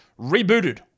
rebooted